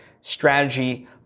strategy